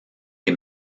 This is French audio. des